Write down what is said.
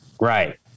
Right